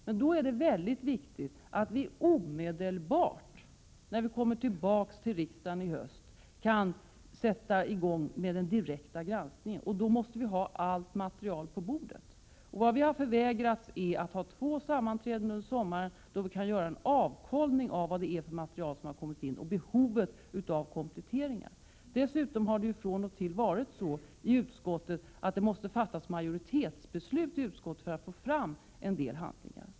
Det är mycket viktigt att vi omedelbart då vi kommer tillbaka till riksdagen i höst kan sätta i gång med den direkta granskningen. Vi måste alltså vid det tillfället ha allt material på bordet. Vi har förvägrats att hålla två sammanträden under sommaren, då vi skulle kunna göra en avstämning av vilket material som inkommit och behovet av kompletteringar. Dessutom har utskottet från och till varit tvunget att fatta majoritetsbeslut för att få fram en del handlingar.